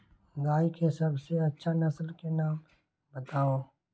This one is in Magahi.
गाय के सबसे अच्छा नसल के नाम बताऊ?